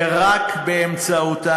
ורק באמצעותה,